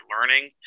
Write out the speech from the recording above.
learning